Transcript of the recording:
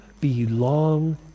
belong